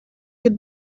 good